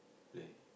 play